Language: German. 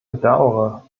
bedauere